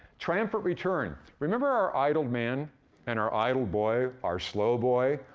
triumphant return. remember our idle man and our idle boy, our slow boy?